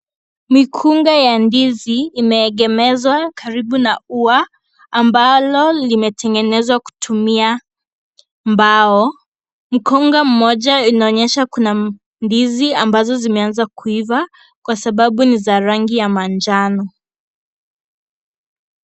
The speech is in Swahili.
Mikunga ya ndizi imeegemezwa karibu na ua anbalo limetengenezwa kutumia, mbao. Mkunga mmoja unaonyesha kuna ndizi ambazo zimeanza kuiva, kwasababu ni za rangi ya manjano.